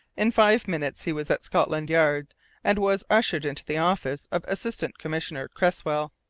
in five minutes he was at scotland yard and was ushered into the office of assistant commissioner cresswell.